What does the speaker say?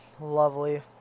Lovely